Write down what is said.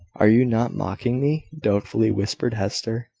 are you not mocking me? doubtfully whispered hester.